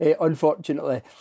unfortunately